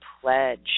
pledge